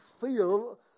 feel